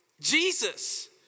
Jesus